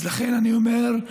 לכן אני אומר: